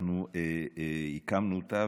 אנחנו הקמנו אותה.